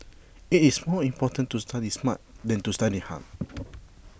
IT is more important to study smart than to study hard